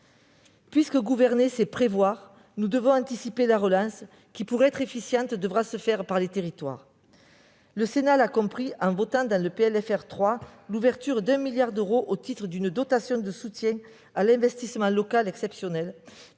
Puisque gouverner, c'est prévoir, nous devons anticiper la relance, qui pour être efficiente devra se faire par les territoires. Le Sénat l'a compris en votant dans la LFR 3 l'ouverture d'un milliard d'euros au titre d'une dotation de soutien à l'investissement local exceptionnelle,